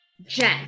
Jen